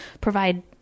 provide